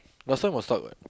but some will stop what